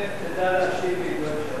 איך תדע להשיב לי אם לא הקשבת?